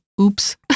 oops